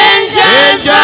Angels